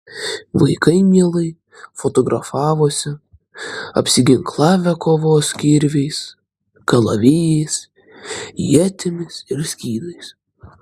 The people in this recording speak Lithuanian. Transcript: vaikai mielai fotografavosi apsiginklavę kovos kirviais kalavijais ietimis ir skydais